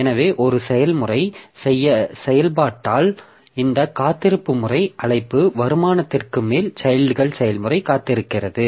எனவே ஒரு செயல்முறை செயல்பட்டால் இந்த காத்திருப்பு முறை அழைப்பு வருமானத்திற்கு மேல் சைல்ட்கள் செயல்முறை காத்திருக்கிறது